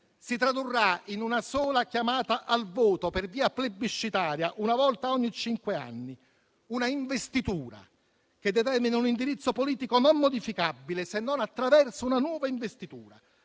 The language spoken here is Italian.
si tradurrà in una sola chiamata al voto per via plebiscitaria, una volta ogni cinque anni; un'investitura che determina un indirizzo politico non modificabile, se non attraverso una nuova investitura,